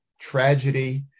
tragedy